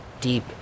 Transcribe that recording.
deep